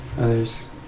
others